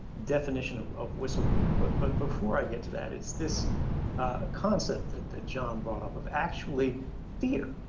definition of of whistleblower. but but, before i get to that, it's this concept that that john brought up of actually fear